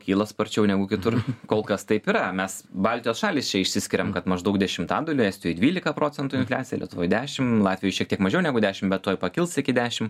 kyla sparčiau negu kitur kol kas taip yra mes baltijos šalys čia išsiskiriam kad maždaug dešimtadaliu estijoj dvylika procentų infliacija lietuvoj dešim latvijoj šiek tiek mažiau negu dešim bet tuoj pakils iki dešim